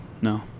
no